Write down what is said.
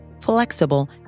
flexible